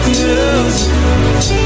music